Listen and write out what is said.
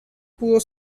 pudo